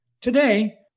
Today